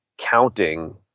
counting